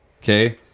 Okay